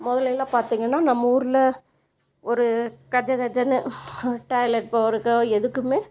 முதல்லேலாம் பார்த்திங்கன்னா நம்ம ஊரில் ஒரு கஜகஜன்னு டாய்லெட் போகிறதுக்கோ எதுக்குமே